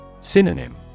Synonym